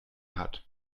hat